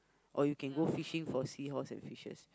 or you can go fishing for seahorse and fishes